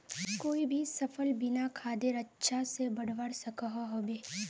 कोई भी सफल बिना खादेर अच्छा से बढ़वार सकोहो होबे?